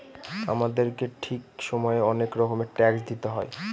আমাদেরকে ঠিক সময়ে অনেক রকমের ট্যাক্স দিতে হয়